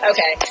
Okay